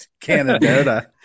Canada